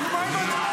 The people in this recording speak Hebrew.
בושה.